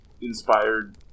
inspired